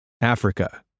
Africa